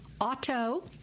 auto